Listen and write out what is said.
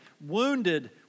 wounded